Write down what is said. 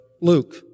Luke